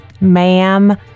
ma'am